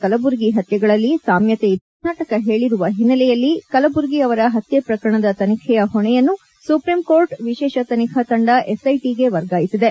ಕಲಬುರ್ಗಿ ಪತ್ಯೆಗಳಲ್ಲಿ ಸಾಮ್ಕತೆ ಇದೆ ಎಂದು ಕರ್ನಾಟಕ ಪೇಳಿರುವ ಹಿನ್ನೆಲೆಯಲ್ಲಿ ಕಲಬುರ್ಗಿ ಅವರ ಪತ್ನೆ ಪ್ರಕರಣದ ತನಿಖೆಯ ಹೊಣೆಯನ್ನು ಸುಪ್ರೀಂಕೋರ್ಟ್ ರಾಷ್ಷೀಯ ತನಿಖೆ ಏಜೆನ್ನಿ ಎಸ್ಐಟಿಗೆ ವರ್ಗಾಯಿಸಿದೆ